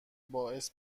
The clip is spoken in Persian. باعث